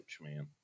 man